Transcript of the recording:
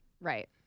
right